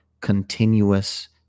continuous